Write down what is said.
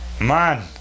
man